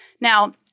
Now